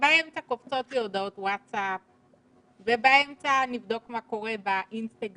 כשבאמצע לי קופצות לי הודעות ווטסאפ ובאמצע נבדוק מה קורה באינסטגרם,